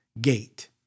gate